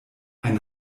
ein